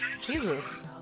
Jesus